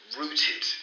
rooted